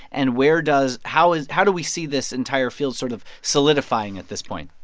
and where does how is how do we see this entire field sort of solidifying at this point?